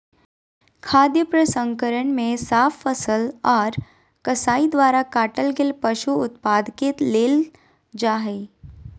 खाद्य प्रसंस्करण मे साफ फसल आर कसाई द्वारा काटल गेल पशु उत्पाद के लेल जा हई